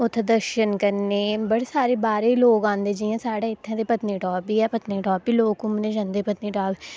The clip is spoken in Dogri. उत्थै दर्शन करने ई बड़े सारे बाह्रे लोक औंदे जि'यां साढ़े इत्थै ते पत्नीटीप बी ऐ पत्नीटाप बी लोक घुम्मने ई जंदे पत्नीटाप